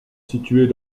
situés